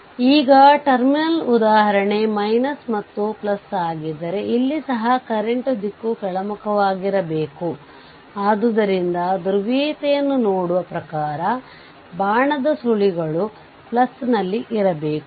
18a ನಲ್ಲಿ terminal 1 ಮತ್ತು 2 ನಲ್ಲಿನ ಡೆಡ್ ಸರ್ಕ್ಯೂಟ್ನ ಇನ್ಪುಟ್ ಪ್ರತಿರೋಧ ಅಥವಾ ಸಮಾನ ಪ್ರತಿರೋಧವು ಫಿಗರ್ 4